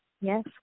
Yes